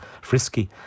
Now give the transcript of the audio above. frisky